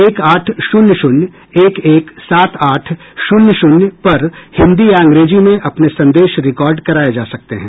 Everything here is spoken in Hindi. एक आठ शून्य शून्य एक एक सात आठ शून्य शून्य पर हिंदी या अंग्रेजी में अपने संदेश रिकार्ड कराए जा सकते हैं